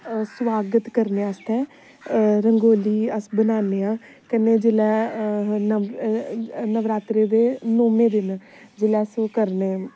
सुआगत करने आस्तै रंगोली अस बनान्ने आं कन्नै जिसले नव नवरात्रे दे नौमें दिन जिसले अस ओह् करने